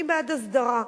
אני בעד הסדרה.